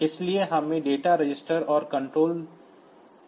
इसलिए हमें data register और कंट्रोल रजिस्टर मिल गए हैं